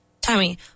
Tommy